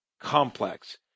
complex